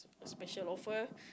special offer